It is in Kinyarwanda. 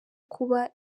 kuba